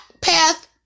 path